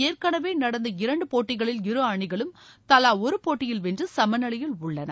ஏற்களவே நடந்த இரண்டு போட்டிகளில் இரு அணிகளும் தலா ஒரு போட்டியில் வென்று சமநிலையில் உள்ளன